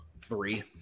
Three